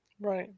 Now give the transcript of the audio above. Right